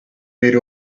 made